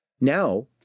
Now